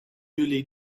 jullie